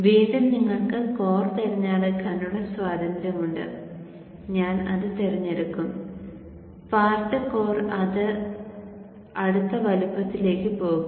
വീണ്ടും നിങ്ങൾക്ക് കോർ തിരഞ്ഞെടുക്കാനുള്ള സ്വാതന്ത്ര്യമുണ്ട് ഞാൻ അത് തിരഞ്ഞെടുക്കും പാർട്ട് കോർ അത് അടുത്ത വലുപ്പത്തിലേക്ക് പോകും